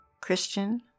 Christian